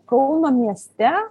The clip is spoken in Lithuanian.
kauno mieste